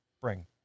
bring